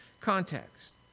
context